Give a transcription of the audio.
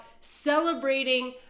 celebrating